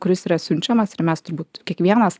kuris yra siunčiamas ir mes turbūt kiekvienas